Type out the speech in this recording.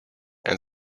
and